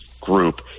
group